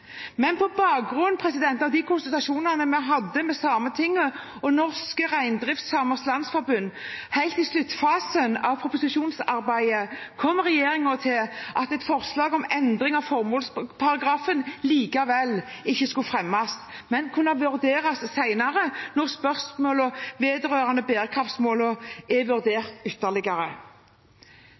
men på bakgrunn av de konsultasjonene vi hadde med Sametinget og Norske Reindriftsamers Landsforbund helt i sluttfasen av proposisjonsarbeidet, kom regjeringen til at et forslag om endring av formålsparagrafen likevel ikke skulle fremmes, men kunne vurderes senere når spørsmålet vedrørende bærekraftsmålene er vurdert ytterligere.